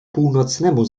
północnemu